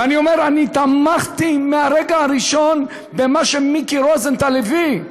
ואני אומר: אני תמכתי מהרגע הראשון במה שמיקי רוזנטל הביא,